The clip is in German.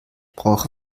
brauche